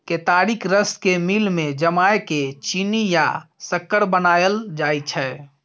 केतारीक रस केँ मिल मे जमाए केँ चीन्नी या सक्कर बनाएल जाइ छै